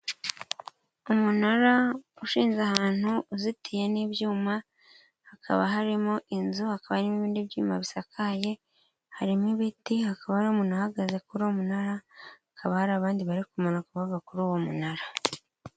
Umunara ishinze ahantu, uzitiye n'ibyuma, hakaba harimo inzu, hakaba harimo ibindi byuma bisakaye, harimo ibiti hakaba hari n'umuntu uhagaze kuri uwo munara, hakaba hari abandi bari kumanuka bava kuri uwo munara.